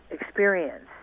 experience